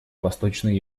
восточной